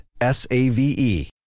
S-A-V-E